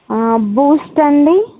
Boost అండీ